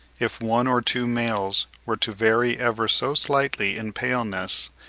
if one or two males were to vary ever so slightly in paleness,